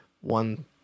one